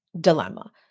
dilemma